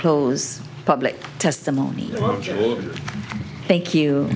close public testimony thank you